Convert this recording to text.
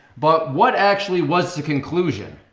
but what actually was the conclusion?